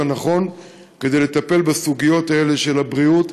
הנכון כדי לטפל בסוגיות האלה של הבריאות,